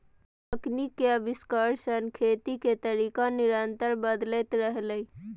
तकनीक के आविष्कार सं खेती के तरीका निरंतर बदलैत रहलैए